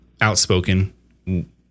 outspoken